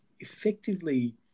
effectively